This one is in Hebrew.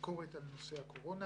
הביקורת על נושא הקורונה.